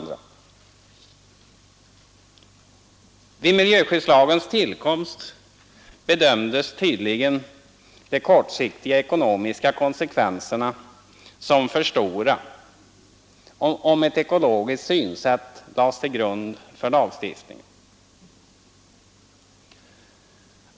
Vid miljöskyddslagens tillkomst bedömdes tydligen de kortsiktiga ekonomiska konsekvenserna som för stora, om ett ekologiskt synsätt lades till grund för lagstiftningen.